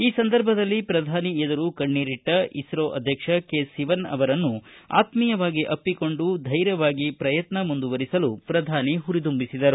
ಈ ಸಂದರ್ಭದಲ್ಲಿ ಪ್ರಧಾನಿ ಎದುರು ಕಣ್ಣೇರಿಟ್ಟ ಇಸ್ತೋ ಅಧ್ಯಕ್ಷ ಕೆಸಿವನ್ ಅವರನ್ನು ಆತ್ಮೀಯವಾಗಿ ಅಪ್ಲಿಕೊಂಡು ಧ್ವೆರ್ಯವಾಗಿ ಪ್ರಯತ್ನ ಮುಂದುವರೆಸಲು ಪ್ರಧಾನಿ ಹುರಿದುಂಬಿಸಿದರು